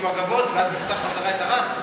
במגבות ואז נפתח חזרה את "מגבות ערד"?